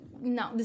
No